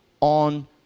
on